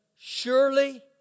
Surely